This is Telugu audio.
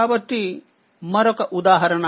కాబట్టి మరొక ఉదాహరణ